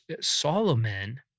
Solomon